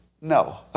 No